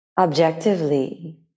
objectively